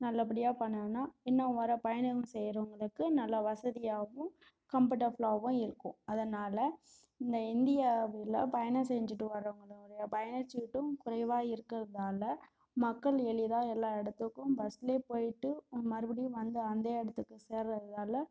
நல்லபடியாக பண்ணிணோனா இன்னும் வர பயணம் செய்யுறவங்களுக்கு நல்ல வசதியாகவும் கம்பட்டஃபுல்லாகவும் இருக்கும் அதனாலே இந்த இந்தியாவில் பயணம் செஞ்சுட்டு வரவங்களுடைய பயணச்சீட்டும் குறைவாக இருக்கறதுனால மக்கள் எளிதாக எல்லா இடத்துக்கும் பஸ்லையே போயிட்டு மறுபடியும் வந்து அதே இடத்துக்கு சேர்றதாலே